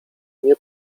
nie